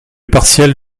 partielle